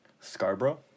Scarborough